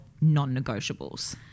non-negotiables